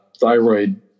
thyroid